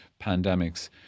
pandemics